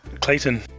Clayton